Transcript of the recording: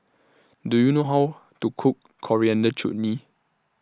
Do YOU know How to Cook Coriander Chutney